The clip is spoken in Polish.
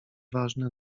ważne